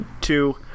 two